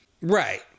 Right